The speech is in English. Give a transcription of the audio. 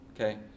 okay